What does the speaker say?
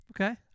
okay